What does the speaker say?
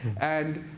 and,